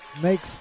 makes